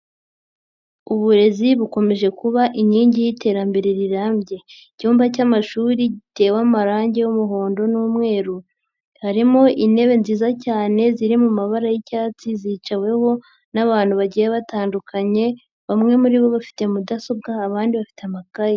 Uburezi bukomeje kuba inkingi y'iterambere rirambye, icyumba cy'amashuri gitewe amarange y'umuhondo n'umweru, harimo intebe nziza cyane ziri mu mabara y'icyatsi zicaweho n'abantu bagiye batandukanye, bamwe muri bo bafite mudasobwa abandi bafite amakayi.